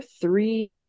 three